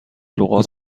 لغات